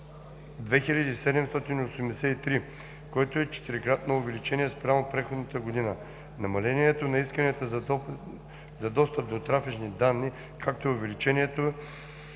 2783, което е четирикратно увеличение спрямо предходната година. Намалението на исканията за достъп до трафични данни, както и увеличението